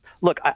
look